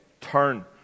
turn